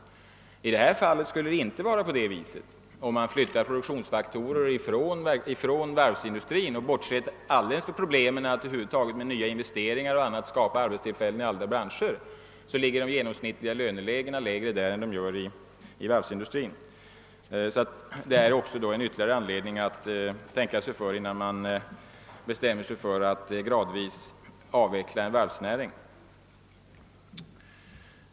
När det gäller varvsindustrin förhåller det sig inte på det sättet. även bortsett från svårigheterna att genom överflyttning av produktionsfaktorer från varven för att genom nya investeringar och andra åtgärder skapa arbetstillfällen i andra branscher, så är löneläget i dessa branscher genomsnittligt lägre än i varvsindustrin. Detta är ytterligare en anledning till att man bör tänka sig för innan man bestämmer sig för att grad vis avveckla en varvsindustri.